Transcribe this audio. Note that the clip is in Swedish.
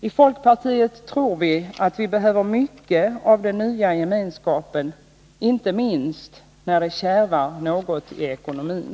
I folkpartiet tror vi att vi behöver mycket av den nya gemenskapen, inte minst när det kärvar något i ekonomin.